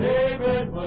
David